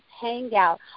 Hangout